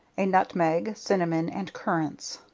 a nutmeg, cinnamon and currants.